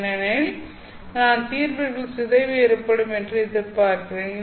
ஏனெனில் நான் தீர்வுகளில் சிதைவு ஏற்படும் என்று எதிர்பார்க்கிறேன்